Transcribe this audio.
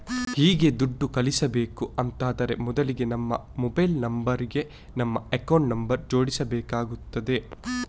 ಹೀಗೆ ದುಡ್ಡು ಕಳಿಸ್ಬೇಕು ಅಂತಾದ್ರೆ ಮೊದ್ಲಿಗೆ ನಮ್ಮ ಮೊಬೈಲ್ ನಂಬರ್ ಗೆ ನಮ್ಮ ಅಕೌಂಟ್ ನಂಬರ್ ಜೋಡಿಸ್ಬೇಕಾಗ್ತದೆ